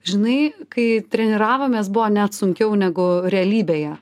žinai kai treniravomės buvo net sunkiau negu realybėje